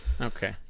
Okay